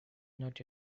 not